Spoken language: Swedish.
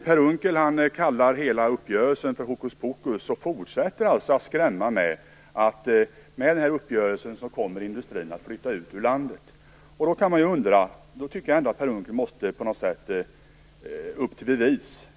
Per Unckel kallar hela uppgörelsen för hokuspokus och fortsätter att skrämma med att industrin i och med den här uppgörelsen kommer att flytta ut ur landet. Då tycker jag ändå att Per Unckel på något sätt måste upp till bevis.